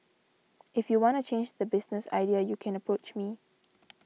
if you wanna change the business idea U can approach me